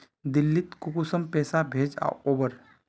दिल्ली त कुंसम पैसा भेज ओवर?